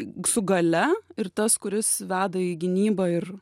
su gale ir tas kuris veda į gynybą ir